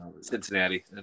Cincinnati